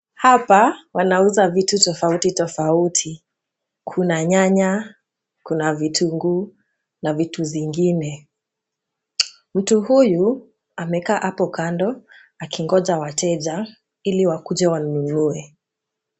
Hapa wanauza vitu tofauti tofauti. Kuna nyanya, kuna vitunguu na vitu zingine. Mtu huyu amekaa hapo kando, akingoja wateja ili wakuje wanunue.